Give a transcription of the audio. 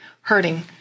hurting